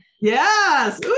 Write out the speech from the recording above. Yes